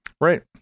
Right